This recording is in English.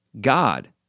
God